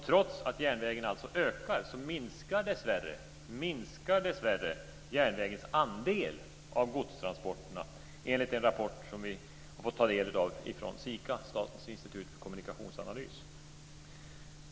Trots att järnvägen alltså ökar minskar dessvärre järnvägens andel av godstransporterna enligt en rapport som vi har fått ta del av från SIKA, Statens institut för kommunikationsanalys.